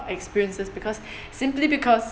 experiences because simply because